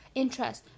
interest